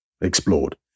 explored